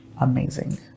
amazing